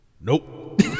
Nope